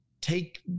Take